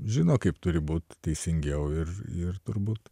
žino kaip turi būt teisingiau ir turbūt